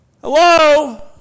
Hello